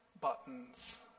buttons